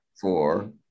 four